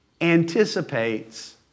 anticipates